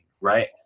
right